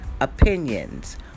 opinions